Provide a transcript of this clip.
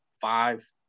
five